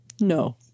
No